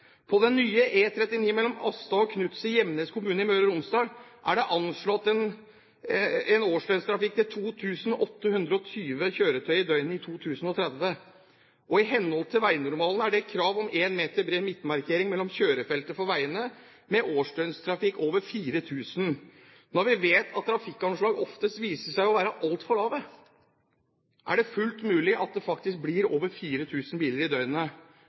På den nye E39 mellom Astad og Knutset i Gjemnes kommune i Møre og Romsdal er det anslått 2 820 kjøretøy i døgnet i 2030, og i henhold til veinormalene er det krav om 1 meter bred midtmerking mellom kjørefeltene for veier med ÅDT over 4 000 kjøretøy. Når vi vet at trafikkanslag oftest viser seg å være altfor lave, er det fullt mulig at det faktisk blir over 4 000 biler i døgnet